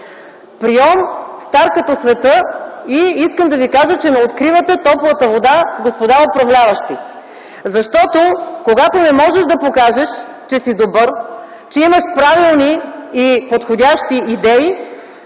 прийом стар като света. Искам да ви кажа, че не откривате топлата вода, господа управляващи. Защото когато не можеш да покажеш, че си добър, че имаш правилни и подходящи идеи,